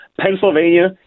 Pennsylvania